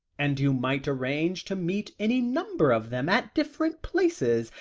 and you might arrange to meet any number of them at different places,